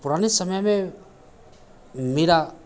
पुराने समय में मेरा